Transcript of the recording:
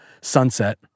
sunset